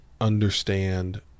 understand